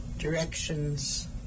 directions